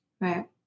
right